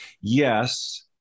Yes